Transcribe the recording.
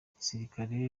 igisigaye